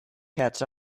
catch